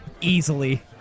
easily